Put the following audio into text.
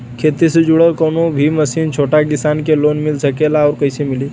खेती से जुड़ल कौन भी मशीन छोटा किसान के लोन मिल सकेला और कइसे मिली?